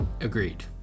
agreed